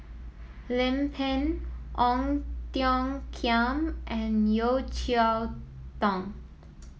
Lim Pin Ong Tiong Khiam and Yeo Cheow Tong